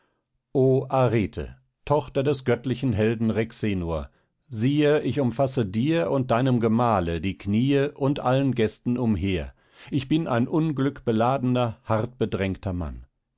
tochter des göttlichen helden rhexenor siehe ich umfasse dir und deinem gemahle die kniee und allen gästen umher ich bin ein unglückbeladener hartbedrängter mann